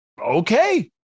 Okay